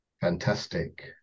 fantastic